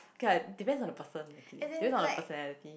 okay lah depends on the person actually do you know her personality